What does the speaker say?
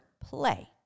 play